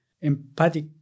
empathic